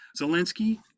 Zelensky